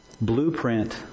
blueprint